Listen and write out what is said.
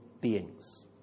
beings